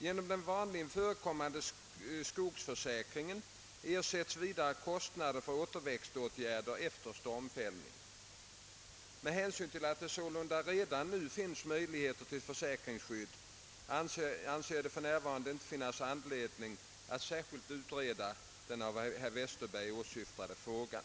Genom den vanligen förekommande skogsförsäkringen = ersätts vidare kostnader för återväxtåtgärder efter stormfällning. Med hänsyn till att det sålunda redan nu finns möjligheter till försäkringsskydd anser jag det för närvarande ej finnas anledning att särskilt utreda den av herr Westberg åsyftade frågan.